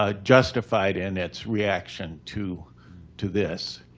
ah justified in its reaction to to this.